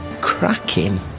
cracking